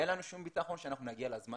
אין לנו שום ביטחון שאנחנו נגיע לזמן